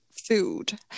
food